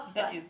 that is